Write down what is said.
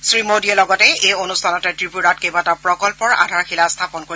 শ্ৰী মোদীয়ে লগতে এই অনুষ্ঠানতে ত্ৰিপুৰাত কেইবাটাও প্ৰকল্পৰ আধাৰশিলা স্থাপন কৰিব